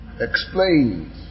explains